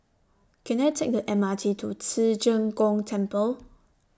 Can I Take The M R T to Ci Zheng Gong Temple